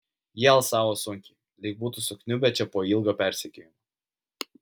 jie alsavo sunkiai lyg būtų sukniubę čia po ilgo persekiojimo